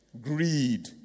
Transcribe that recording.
Greed